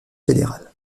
fédérale